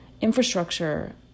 Infrastructure